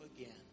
again